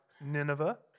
Nineveh